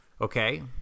okay